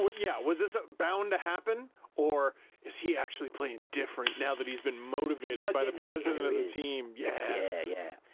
but yeah. was this bound to happen or is he actually playing different now that he's been motivated by the president of the team? yeah, yeah.